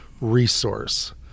resource